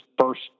first